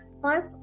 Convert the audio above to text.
Plus